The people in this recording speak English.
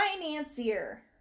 financier